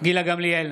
גילה גמליאל,